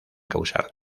causar